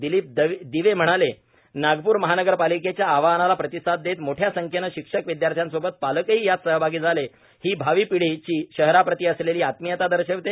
दिलीप दिवे म्हणाले नागपूर महानगरपालिकेच्या आवाहनाला प्रतिसाद देत मोठ्या संख्येने शिक्षक विद्यार्थ्यांसोबतच पालकही यात सहभागी झाले ही भावी पिढीची शहराप्रती असलेली आत्मीयता दर्शविते